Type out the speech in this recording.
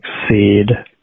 succeed